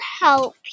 help